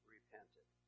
Repented